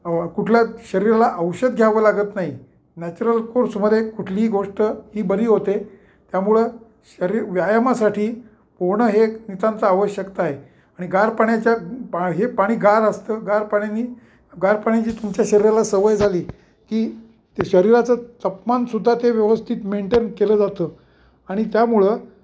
कुठल्या शरीराला औषध घ्यावं लागत नाही नॅचरल कोर्समध्ये कुठलीही गोष्ट ही बरी होते त्यामुळं शरीर व्यायामासाठी पोहणं हे नितांत आवश्यकता आहे आणि गार पाण्याच्या हे पाणी गार असतं गार पाण्यानी गार पाण्याची तुमच्या शरीराला सवय झाली की ते शरीराचं तापमानसुद्धा ते व्यवस्थित मेंटेन केलं जातं आणि त्यामुळं